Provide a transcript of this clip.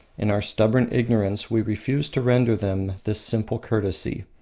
in our stubborn ignorance we refuse to render them this simple courtesy,